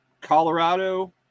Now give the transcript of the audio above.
Colorado